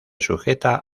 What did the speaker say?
sujeta